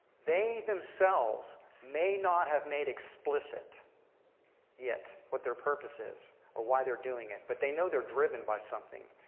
they themselves may not have made explicit yet what their purpose is or why they're doing it. but they know they're driven by something.